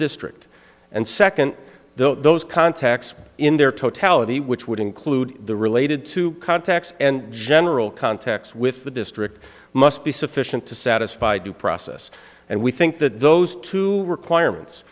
district and second those contacts in their totality which would include the related to contacts and general contacts with the district must be sufficient to satisfy due process and we think that those two requirements